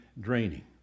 draining